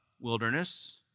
wilderness